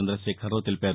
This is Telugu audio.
చంద్రశేఖరరావు తెలిపారు